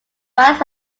bodies